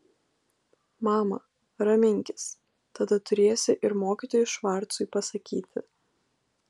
mama raminkis tada turėsi ir mokytojui švarcui pasakyti